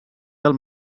del